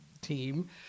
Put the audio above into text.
team